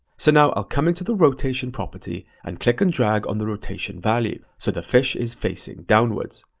so now i'll come into the rotation property and click and drag on the rotation value so the fish is facing downwards.